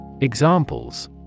Examples